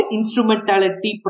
Instrumentality